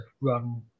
run